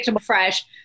fresh